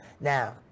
Now